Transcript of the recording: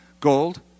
gold